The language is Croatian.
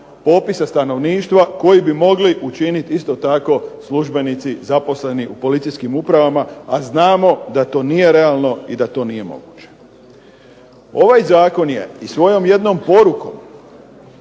popisa stanovništva, koji bi mogli učiniti isto tako službenici zaposleni u policijskim upravama, a znamo da to nije realno i da to nije moguće. Ovaj zakon je i svojom jednom porukom